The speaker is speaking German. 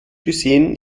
gesehen